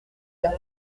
cas